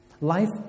Life